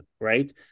right